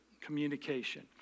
communication